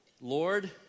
Lord